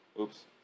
Oops